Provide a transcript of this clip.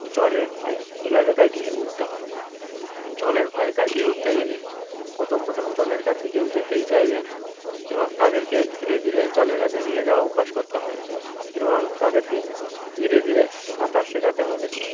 জলের ভয় কীভাবে কাটিয়ে উঠতে হবে জলের ভয় কাটিয়ে উঠতে গেলে প্রথম প্রথম জলের কাছে কেউ যেতেই চাইবে না এবং তাদেরকে ধীরে ধীরে জলের কাছে নিয়ে যাওয়া অভ্যাস করতে হবে এবং তাদেরকে ধীরে ধীরে সাঁতার শেখাতে হবে